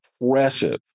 impressive